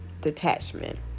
detachment